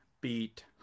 beat